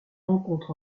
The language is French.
rencontre